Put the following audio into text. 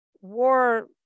War